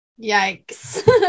yikes